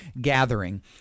gathering